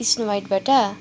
snow वाइटबाट